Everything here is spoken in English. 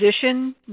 position